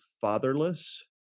fatherless